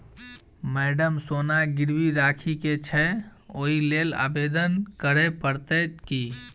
Madam सोना गिरबी राखि केँ छैय ओई लेल आवेदन करै परतै की?